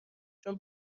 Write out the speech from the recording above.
چون